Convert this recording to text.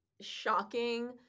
shocking